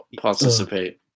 participate